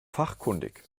fachkundig